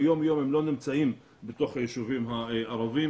ביום יום הם לא נמצאים בתוך היישובים הערביים.